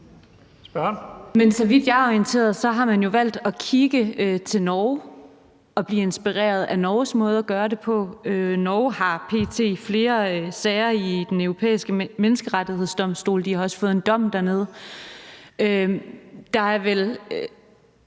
Så vidt jeg er orienteret, har man jo valgt at kigge til Norge og blive inspireret af Norges måde at gøre det på. Norge har p.t. flere sager i Den Europæiske Menneskerettighedsdomstol, og de har også fået en dom dernede.